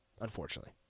unfortunately